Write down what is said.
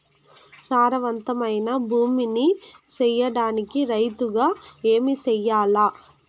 సారవంతమైన భూమి నీ సేయడానికి రైతుగా ఏమి చెయల్ల?